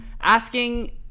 asking